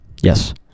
Yes